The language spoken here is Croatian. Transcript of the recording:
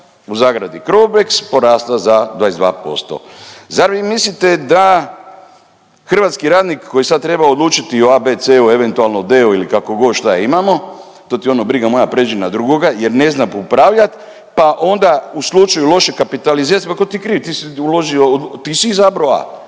benchmarka (Crobex) porasla za 22%. Zar vi mislite da hrvatski radnik koji sad treba odlučiti o A, B, C ili eventualno D, ili kako god šta imamo. To ti je ono brigo moja prijeđi na drugoga jer ne znamo upravljat pa onda u slučaju loše kapitalizacije, pa tko ti je kriv, ti si uložio,